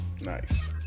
Nice